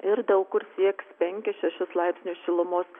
ir daug kur sieks penkis šešis laipsnius šilumos